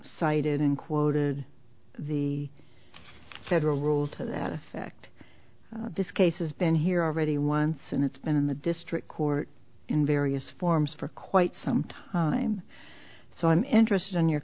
cited included the federal rule to that effect this case has been here already once and it's been in the district court in various forms for quite some time so i'm interested in your